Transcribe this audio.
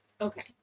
Okay